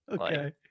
Okay